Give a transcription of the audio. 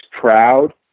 proud